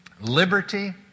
liberty